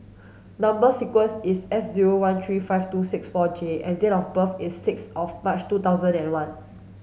number sequence is S zero one three five two six four J and date of birth is six of March two thousand and one